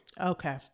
okay